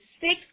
six